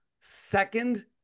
second